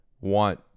want